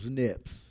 nips